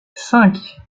cinq